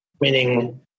meaning